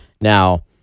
Now